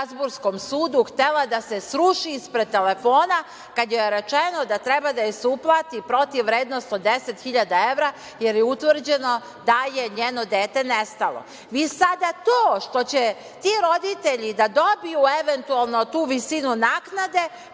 Strazburskom sudu htela da se sruši ispred telefona kada joj rečeno da treba da joj se uplati protivvrednost od 10.000, jer je utvrđeno da je njeno dete nestalo. Vi sada to što će ti roditelji da dobiju, eventualno, tu visinu naknade